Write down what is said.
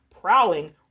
prowling